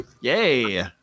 Yay